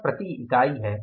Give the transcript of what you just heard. और प्रति इकाई